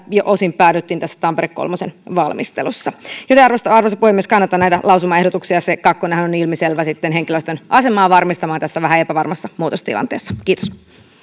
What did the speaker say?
ja osin päädyttiin tässä tampere kolmen valmistelussa joten arvoisa puhemies kannatan näitä lausumaehdotuksia se kakkonenhan on ilmiselvä sitten henkilöstön asemaa varmistamaan tässä vähän epävarmassa muutostilanteessa kiitos